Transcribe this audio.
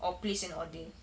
or place an order